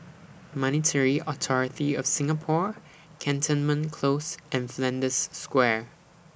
Monetary Authority of Singapore Cantonment Close and Flanders Square